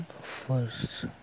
first